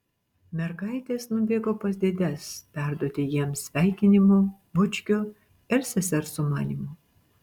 mergaitės nubėgo pas dėdes perduoti jiems sveikinimų bučkių ir sesers sumanymų